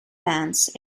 plans